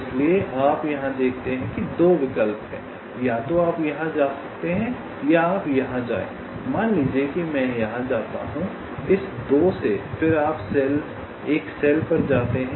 इसलिए आप यहाँ देखते हैं कि 2 विकल्प हैं या तो आप यहाँ जा सकते हैं या आप यहाँ जाएँ मान लें कि मैं यहां जाता हूं इस 2 से फिर आप एक सेल पर जाते हैं जो कि 1 के रूप में चिह्नित है